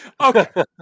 Okay